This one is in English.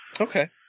Okay